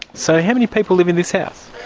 so how many people live in this house?